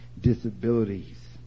disabilities